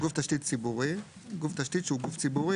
"גוף תשתית ציבורי" גוף תשתית שהוא גוף ציבורי,